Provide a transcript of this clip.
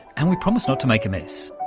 and we promise not to make a mess.